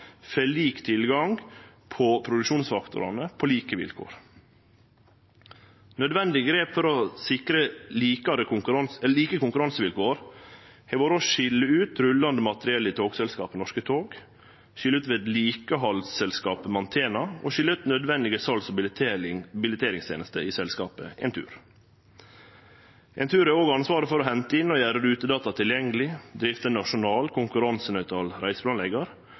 får lik tilgang til produksjonsfaktorane på like vilkår. Nødvendige grep for å sikre like konkurransevilkår har vore å skilje ut rullande materiell i togselskapet Norske tog, skilje ut vedlikehaldsselskapet Mantena og skilje ut nødvendige sals- og billetteringstenester i selskapet Entur. Entur har òg ansvaret for å hente inn og gjere rutedata tilgjengelege, drifte ein nasjonal,